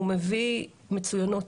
מביא מצוינות,